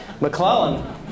McClellan